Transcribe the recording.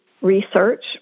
research